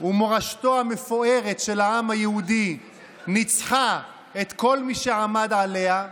ומורשתו המפוארת של העם היהודי ניצחה את כל מי שעמד עליה,